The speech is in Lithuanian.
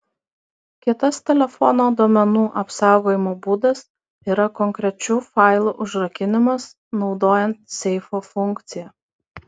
kitas telefono duomenų apsaugojimo būdas yra konkrečių failų užrakinimas naudojant seifo funkciją